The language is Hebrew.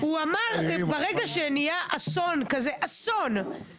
כי את אף אחד לא באמת מעניין האירוע,